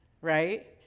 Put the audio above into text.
right